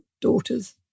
daughters